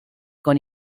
con